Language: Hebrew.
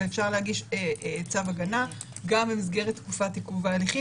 ואפשר להגיש צו הגנה גם במסגרת תקופת עיכוב ההליכים,